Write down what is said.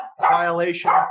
violation